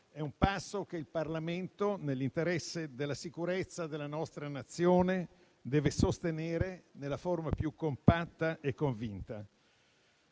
è un passo che il Parlamento, nell'interesse della sicurezza della nostra Nazione, deve sostenere nella forma più compatta e convinta.